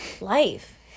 life